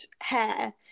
hair